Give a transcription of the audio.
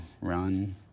run